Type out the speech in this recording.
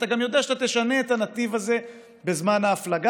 ואתה גם יודע שאתה תשנה את הנתיב הזה בזמן ההפלגה,